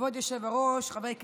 כבוד היושב-ראש, חברי כנסת,